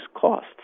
costs